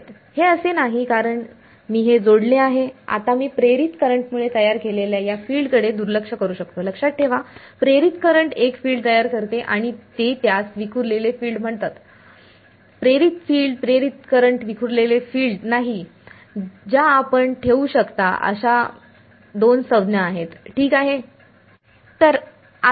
हे असे नाही कारण मी हे जोडले आहे आता मी प्रेरित करंटमुळे तयार केलेल्या या फिल्डकडे दुर्लक्ष करू शकतो लक्षात ठेवा प्रेरित करंट एक फील्ड तयार करते आणि ते त्यास विखुरलेले फील्ड म्हणतात प्रेरित फील्ड प्रेरित करंट विखुरलेले फील्ड नाही ज्या आपण ठेवू शकता अशा दोन संज्ञा आहेत ठीक आहे